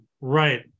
right